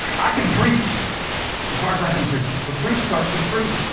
i can preach as hard as i can preach, but preach starts with pre.